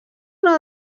una